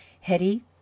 Hetty